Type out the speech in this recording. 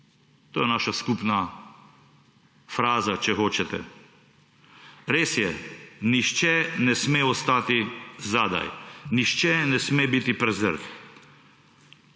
To je naša skupna fraza, če hočete. Res je, nihče ne sme ostati zadaj, nihče ne sme biti prezrt.